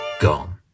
gone